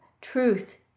truth